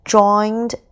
joined